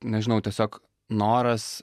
nežinau tiesiog noras